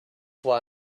why